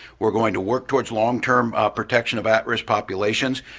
we're going to work towards longterm protection of at-risk populations,